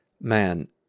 man